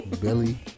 Billy